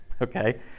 Okay